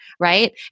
Right